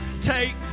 take